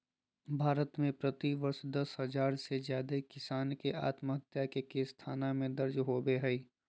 भारत में प्रति वर्ष दस हजार से जादे किसान के आत्महत्या के केस थाना में दर्ज होबो हई